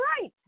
right